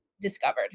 discovered